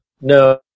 No